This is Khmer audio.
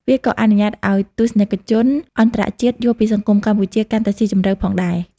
វាក៏អនុញ្ញាតឲ្យទស្សនិកជនអន្តរជាតិយល់ពីសង្គមកម្ពុជាកាន់តែស៊ីជម្រៅផងដែរ។